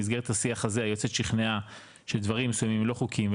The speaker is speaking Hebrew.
במסגרת השיח הזה היועצת שכנעה שדברים מסוימים לא חוקיים,